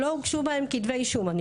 לא הוגשו בהם כתבי אישום.